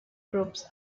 groups